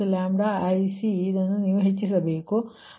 ಆದರೆ ICIC0IC ಇದನ್ನು ನೀವು ಹೆಚ್ಚಿಸಬೇಕು